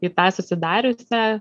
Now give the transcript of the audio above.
į tą susidariusią